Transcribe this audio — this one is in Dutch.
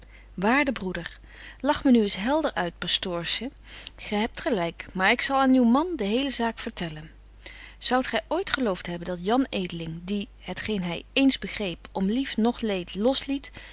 waarde broeder lach me nu eens helder uit pastoorsche gy hebt gelyk maar ik zal aan uw man de hele zaak vertellen zoudt gy ooit gelooft hebben dat jan edeling die het geen hy ééns begreep om lief noch leed los liet